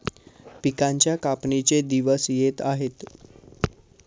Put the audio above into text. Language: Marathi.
पिकांच्या कापणीचे दिवस येत आहेत